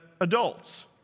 adults